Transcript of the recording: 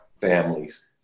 families